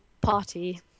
party